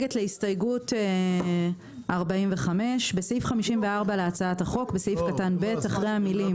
הסתייגות 32. בסעיף 54 להצעת החוק בסעיף קטן (א3ג) אחרי המילים